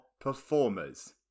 performers